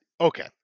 Okay